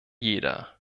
jeder